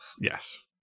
Yes